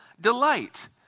delight